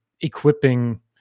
equipping